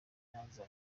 nyanza